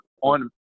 on